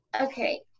Okay